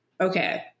okay